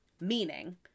meaning